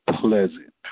pleasant